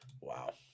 Wow